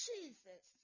Jesus